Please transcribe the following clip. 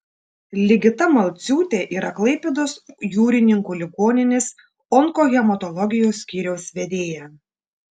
ligita malciūtė yra klaipėdos jūrininkų ligoninės onkohematologijos skyriaus vedėja